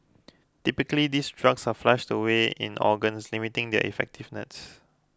typically these drugs are flushed away in organs limiting their effectiveness